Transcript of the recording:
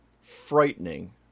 frightening